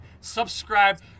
subscribe